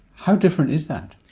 how different is that?